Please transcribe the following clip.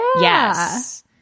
Yes